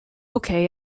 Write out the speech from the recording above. okay